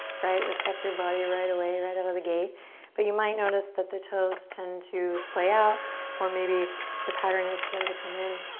right? respect your body right away right out of the gate but you might notice that the toes tend to splay out or maybe the pattern is for them to come in.